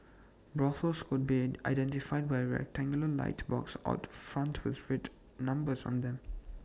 brothels could be identified by A rectangular light box out front with red numbers on them